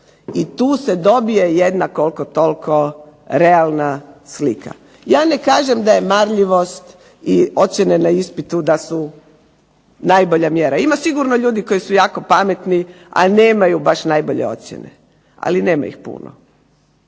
I tu se dobije jedna koliko toliko realna slika. Ja ne kažem da je marljivost i ocjene na ispitu da su najbolja mjera. Ima sigurno ljudi koji su jako pametni, a nemaju baš najbolje ocjene. Ali nema ih puno.